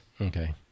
Okay